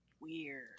weird